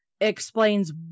explains